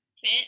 fit